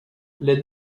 les